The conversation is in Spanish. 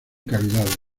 cavidades